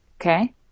Okay